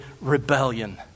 rebellion